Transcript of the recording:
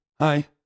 hi